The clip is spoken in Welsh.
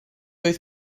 oedd